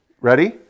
ready